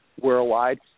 worldwide